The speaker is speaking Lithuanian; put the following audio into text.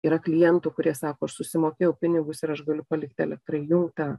yra klientų kurie sako aš susimokėjau pinigus ir aš galiu palikt elektrą įjungtą